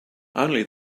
only